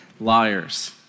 liars